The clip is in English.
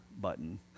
button